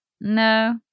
No